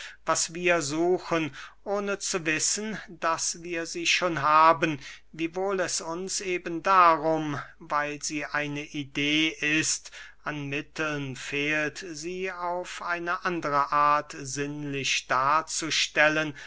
was wir suchen ohne zu wissen daß wir sie schon haben wiewohl es uns eben darum weil sie eine idee ist an mitteln fehlt sie auf eine andere art sinnlich darzustellen